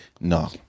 No